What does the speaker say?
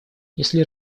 если